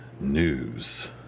news